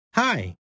Hi